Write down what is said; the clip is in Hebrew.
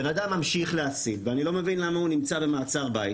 הבן אדם ממשיך להסית ואני לא מבין למה הוא נמצא במעצר בית,